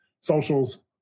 socials